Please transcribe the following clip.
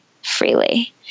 freely